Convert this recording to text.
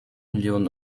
millionen